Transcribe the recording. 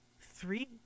three